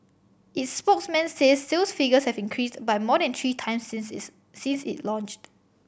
its spokesman says sales figures have increased by more than three times since is since it launched